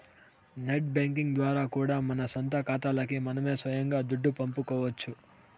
net banking ద్వారా కూడా మన సొంత కాతాలకి మనమే సొయంగా దుడ్డు పంపుకోవచ్చు